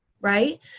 right